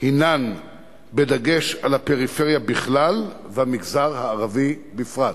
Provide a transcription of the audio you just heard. הן בדגש על הפריפריה בכלל והמגזר הערבי בפרט.